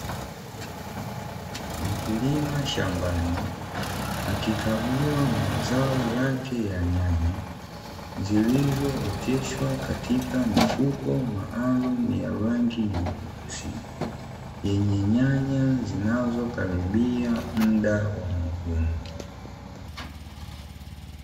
Mkulima shambani akikagua mazao yake ya nyanya zilizo oteshwa katika mifuko maalumu ya rangi nyeusi yenye nyanya zinazokaribia mda wa mavuno.